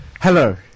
Hello